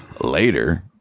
Later